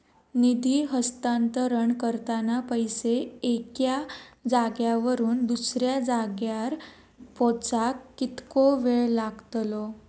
निधी हस्तांतरण करताना पैसे एक्या जाग्यावरून दुसऱ्या जाग्यार पोचाक कितको वेळ लागतलो?